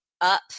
up